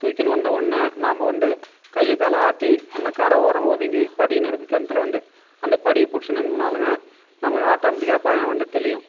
தூக்கினு வந்தவொடனே நாம்ம வந்து கையை காலை ஆட்டி அந்த கரை ஓரம் ஒதுங்கி படினு இருக்கும் கிணத்துல வந்து அந்த படியை பிடிச்சிட்டு நின்றாலுமே நம்ம ஆட்டோமெட்டிக்காக பயம் வந்து தெளியும்